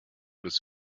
des